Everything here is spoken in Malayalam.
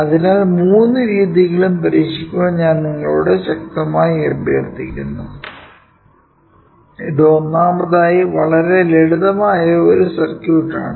അതിനാൽ മൂന്ന് രീതികളും പരീക്ഷിക്കാൻ ഞാൻ നിങ്ങളോട് ശക്തമായി അഭ്യർത്ഥിക്കുന്നു ഇത് ഒന്നാമതായി വളരെ ലളിതമായ ഒരു സർക്യൂട്ടാണ്